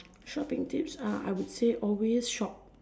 shopping tips ah I would say always shop